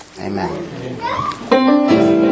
Amen